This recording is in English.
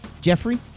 Jeffrey